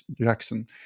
Jackson